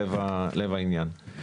לב העניין.